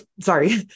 sorry